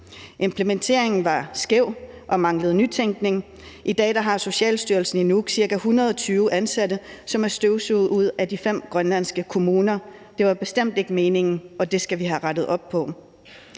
Implementeringen var skæv og manglede nytænkning. I dag har Socialstyrelsen i Nuuk cirka 120 ansatte, som er støvsuget ud af de fem grønlandske kommuner. Det var bestemt ikke meningen, og det skal vi have rettet op på.